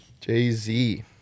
Jay-Z